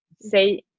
say